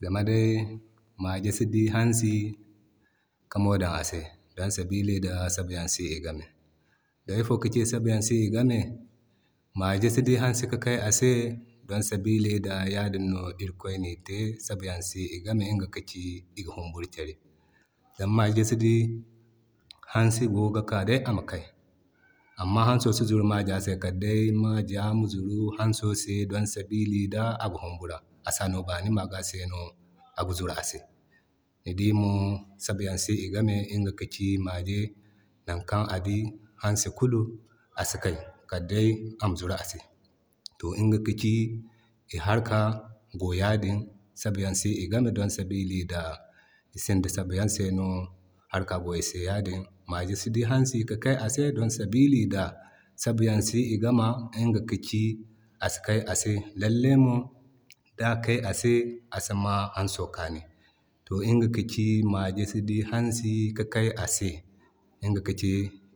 zama day mage si dii hansi ki moodan a se, don sabili sabayaŋ si i game. Day ifo Kaci saba yaŋ si i game, mage si di hansi ki Kay a se, zama sabili da yadi no irikoy ni te sabayaŋ si no i game. Ŋga ka ci iga huumburu kyare, zama mage si di hansi go ga ka day ama kay. Amma hanso si zuru mage se kal day maga ma zuru hanso se, don sabili day a ga huumbura, a sa no baani. Maga no ga zuru ase, ni dii mo sabayan si i game, ŋga ka ci mage nakan adii hansi kul asi kay kal day ama zuru ase. To ŋga ka ti i harka go yadin sabayan si i game don sabili da isinda sabayan se no harka go ise yadin. Mage si di hansi ki kay a se don sabili sabayan si i game ŋga ka ci lallaymo da kay ase a sima hanso kaani. To ŋga ka ci mage si dii hansi ka Kay a se, ŋga ka ci